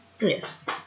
Yes